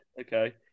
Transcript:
okay